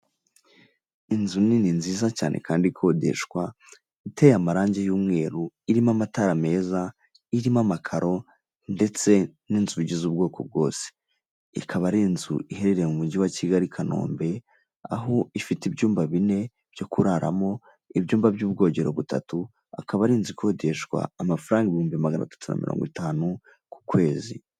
Inzu nini nziza cyane kandi ikodeshwa, iteye amarangi y'umweru irimo amatara meza, irimo amakaro ndetse n'inzugi z'ubwoko bwose, ikaba ari inzu iherereye mu Kujyi wa Kigali Kanombe, aho ifite ibyumba bine byo kuraramo, ibyumba by'ubwogero butatu, akaba ari inzu ikodeshwa amafaranga ibihumbi magana atatu na mirongo itanu ku kwezi.